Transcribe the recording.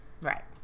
right